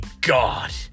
God